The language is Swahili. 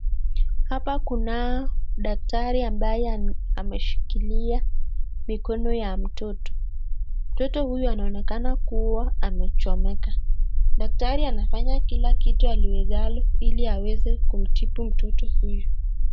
Hapa Kuna daktari ambaye ameshikia mikono ya mtoto . Mtoto huyo anaonekana amechomeka . Daktari huyo anafanya kila kitu awezalo hili aweze kumtibu mtoto huyo .